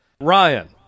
Ryan